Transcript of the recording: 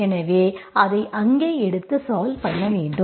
எனவே அதை இங்கே எடுத்து சால்வ் பண்ண வேண்டும்